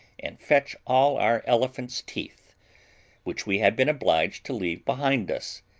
and fetch all our elephants' teeth which we had been obliged to leave behind us,